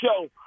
show